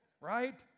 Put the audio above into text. right